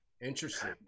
Interesting